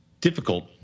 difficult